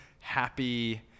happy